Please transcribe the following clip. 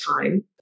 time